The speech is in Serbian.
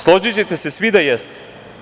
Složićete se svi da jeste.